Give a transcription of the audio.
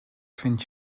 vind